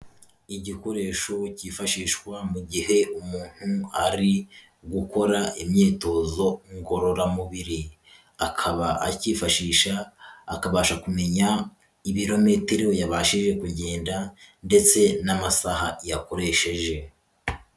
Igikoresho cyifashishwa mu gihe umuntu ari gukora imyitozo ngororamubiri, akaba acyifashisha akabasha kumenya ibirometero yabashije kugenda ndetse n'amasaha yakoresheje.